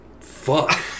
fuck